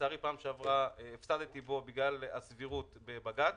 שלצערי בפעם שעברה הפסדתי בו בגלל הסבירות בבג"ץ.